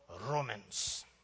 Romans